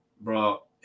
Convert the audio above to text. Bro